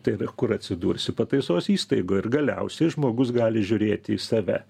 tai yra kur atsidursi pataisos įstaigoj ir galiausiai žmogus gali žiūrėti į save